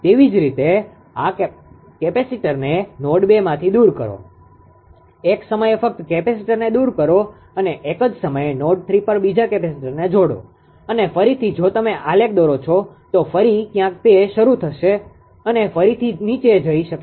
તેવી જ રીતે આ કેપેસિટરને નોડ 2 માંથી દૂર કરો એક સમયે ફક્ત કેપેસીટરને દુર કરો અને એક જ સમયે નોડ 3 પર બીજા કેપેસિટરને જોડો અને ફરીથી જો તમે આલેખ દોરો છો તો ફરી ક્યાંક તે શરૂ થશે અને ફરીથી નીચે જઈ શકે છે